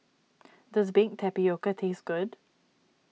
does Baked Tapioca taste good